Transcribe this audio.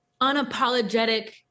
unapologetic